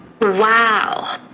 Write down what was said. Wow